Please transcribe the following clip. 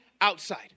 outside